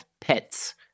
pets